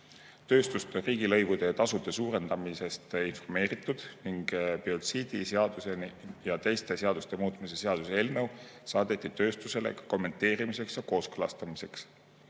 on riigilõivude ja tasude suurendamisest informeeritud. Biotsiidiseaduse ja teiste seaduste muutmise seaduse eelnõu saadeti tööstusele kommenteerimiseks ja kooskõlastamiseks.